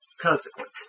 consequence